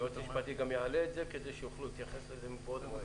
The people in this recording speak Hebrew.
היועץ המשפטי גם יעלה את זה כדי שיוכלו להתייחס לזה מבעוד מועד.